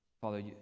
Father